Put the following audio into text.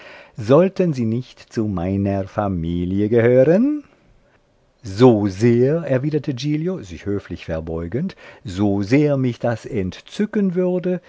sollten sie nicht zu meiner familie gehören so sehr erwiderte giglio sich höflich verbeugend so sehr mich das entzücken würde